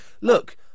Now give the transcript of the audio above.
look